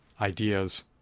ideas